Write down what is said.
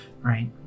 Right